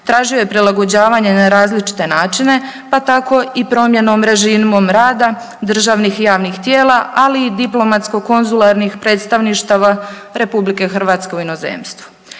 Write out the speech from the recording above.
Tražio je prilagođavanje na različite načine, pa tako i promjenom režimom rada državnih i javnih tijela, ali i diplomatsko konzularnih predstavništava RH u inozemstvu.